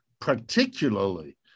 particularly